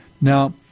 Now